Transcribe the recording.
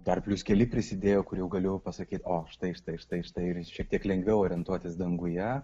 dar plius keli prisidėjo kur jau galiu pasakyt o štai štai štai štai ir šiek tiek lengviau orientuotis danguje